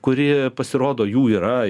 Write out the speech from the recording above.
kuri pasirodo jų yra